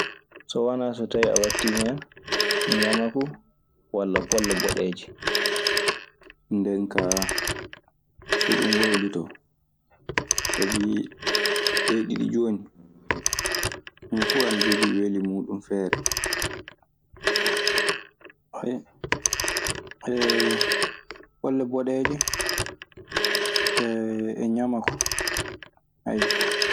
So wanaa so tawii a waɗtii hen ñamaku walla polle boɗeeje. Nden kaa so ɗn waylitoo. Sabi ɗee ɗiɗi jooni, homo fuu ana jogii weli muuɗun feere. Polle boɗeeje e ñamako.